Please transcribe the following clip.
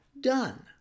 done